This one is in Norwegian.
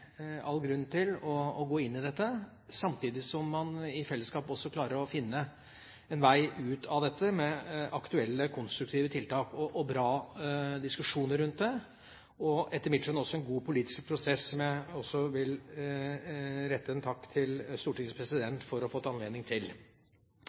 all grunn til å gå inn i dette, samtidig som man i fellesskap også klarer å finne en vei ut av dette med aktuelle og konstruktive tiltak og bra diskusjoner rundt det, og etter mitt skjønn også en god politisk prosess som jeg også vil rette en takk til Stortingets